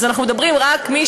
ואנחנו מדברים בעצם רק על מי